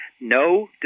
No